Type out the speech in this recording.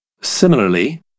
Similarly